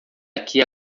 aqui